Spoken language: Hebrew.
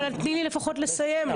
אבל תני לי לפחות לסיים.